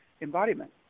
embodiment